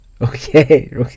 Okay